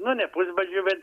nu ne pusbadžiu bet